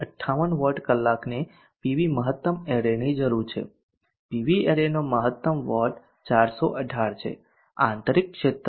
58 watt કલાકને PV મહત્તમ એરેની જરૂર છે પીવી એરેનો મહત્તમ વોટ 418 છે આંતરિક ક્ષેત્ર 2